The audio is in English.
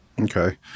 Okay